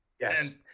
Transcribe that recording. Yes